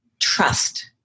trust